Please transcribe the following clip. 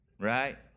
Right